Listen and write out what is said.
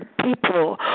people